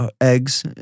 eggs